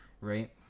right